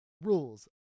rules